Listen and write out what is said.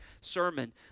sermon